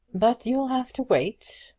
but you'll have to wait,